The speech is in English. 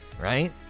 right